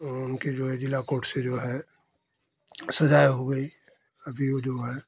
उनकी जो है जिला कोर्ट से जो है सजाएं हो गई अभी वो जो है